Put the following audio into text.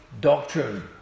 doctrine